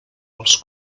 els